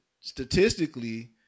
statistically